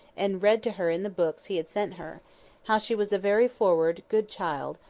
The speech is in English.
and read to her in the books he had set her how she was a very forrard, good child,